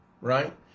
right